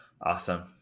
Awesome